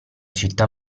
città